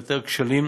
לאתר כשלים,